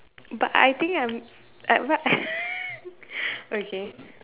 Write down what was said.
but I think I'm I what okay